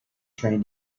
train